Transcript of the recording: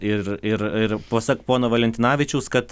ir irir pasak pono valentinavičiaus kad